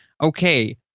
Okay